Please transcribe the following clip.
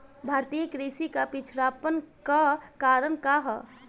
भारतीय कृषि क पिछड़ापन क कारण का ह?